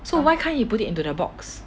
so why can't you put it into the box